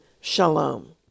shalom